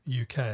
UK